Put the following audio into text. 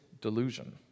delusion